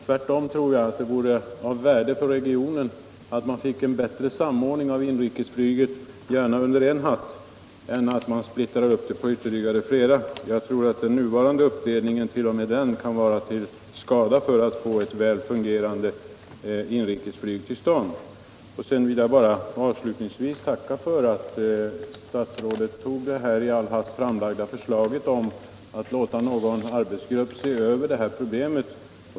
Tvärtom tror jag att det vore värdefullt för regionen att få till stånd en bättre samordning av inrikesflyget — och gärna att vi får det under en hatt — än att man splittrar upp det på ytterligare företag. Redan den nuvarande uppsplittringen kan vara till skada i strävandena att åstadkomma ett väl fungerande inrikesflyg. Jag vill avslutningsvis tacka för att statsrådet accepterade detta i all hast framlagda förslag om att låta en arbetsgrupp se över detta problem.